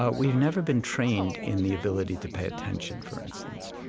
ah we have never been trained in the ability to pay attention, for instance.